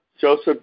Joseph